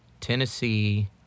Tennessee